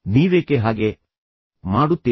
ನೀವೇಕೆ ಹಾಗೆ ಮಾಡುತ್ತಿಲ್ಲ